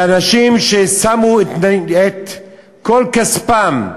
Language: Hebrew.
ואנשים ששמו את כל כספם,